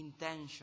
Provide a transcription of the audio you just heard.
intention